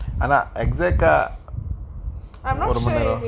அதான்:athaan exact ah ஒரு மணி நேரம்:oru manin neram